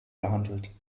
gehandelt